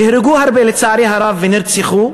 נהרגו הרבה, לצערי הרב, נרצחו,